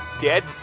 dead